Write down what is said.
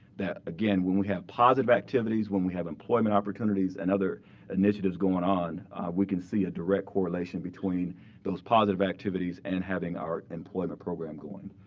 that when we have positive activities, when we have employment opportunities and other initiatives going on we can see a direct correlation between those positive activities and having our employment program going.